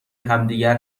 همدیگر